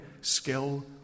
skill